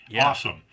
awesome